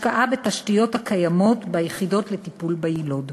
והשקעה בתשתיות הקיימות ביחידות לטיפול ביילוד.